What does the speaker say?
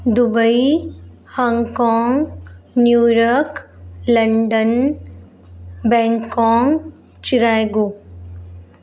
Dubai Hong Kong New York London Bangkok Chicago